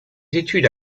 études